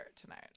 tonight